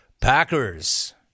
Packers